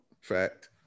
fact